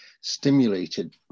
stimulated